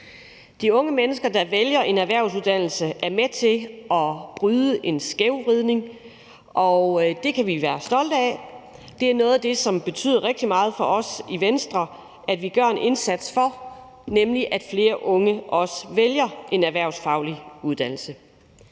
De unge mennesker, der vælger en erhvervsuddannelse, er med til at bryde en skævvridning, og det kan vi være stolte af. Det er noget, som det betyder rigtig meget for os i Venstre at vi gør en indsats for, altså at flere unge vælger en erhvervsfaglig uddannelse.